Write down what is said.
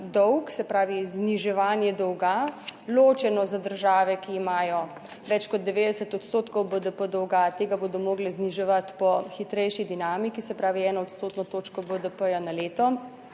dolg, se pravi zniževanje dolga ločeno za države, ki imajo več kot 90 odstotkov BDP dolga, tega bodo morale zniževati po hitrejši dinamiki, se pravi, eno odstotno točko BDP na leto